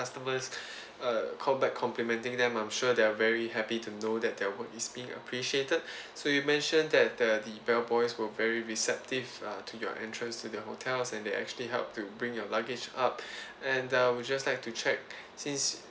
customers uh called back complementing them I'm sure they are very happy to know that their work is being appreciated so you mentioned that uh the bell boys were very receptive uh to your entrance to the hotels and they actually helped to bring your luggage up and I would just like to check since